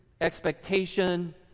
expectation